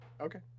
Okay